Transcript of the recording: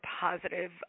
positive